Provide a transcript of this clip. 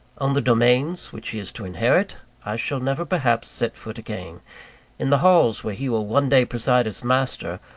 on the domains which he is to inherit, i shall never perhaps set foot again in the halls where he will one day preside as master,